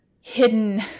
hidden